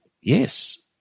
yes